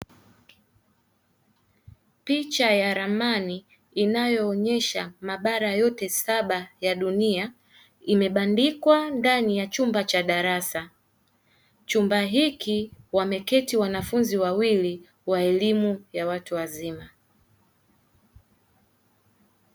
Picha ya ramani inayoonyesha mabara yote saba ya dunia, imebandikwa ndani ya chumba cha darasa, chumba hiki wameketi wanafunzi wawili wa elimu ya watu wazima.